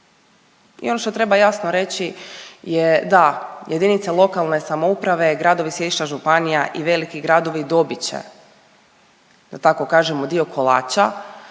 I ono što treba jasno reći je da jedinice lokalne samouprave, gradovi sjedišta županija i veliki gradovi dobit će da tako kažemo dio kolača